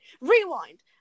Rewind